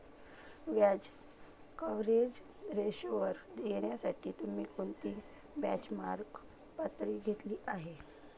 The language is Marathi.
व्याज कव्हरेज रेशोवर येण्यासाठी तुम्ही कोणती बेंचमार्क पातळी घेतली आहे?